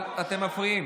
אתם מפריעים.